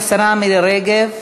השרה מירי רגב.